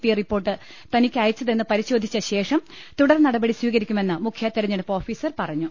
P report തനിക്ക് അയച്ചതെന്ന് പരിശോധിച്ച ശേഷം തുടർനടപടി സ്വീക രിക്കുമെന്ന് മുഖ്യതെരഞ്ഞെടുപ്പ് ഓഫീസർ പറഞ്ഞു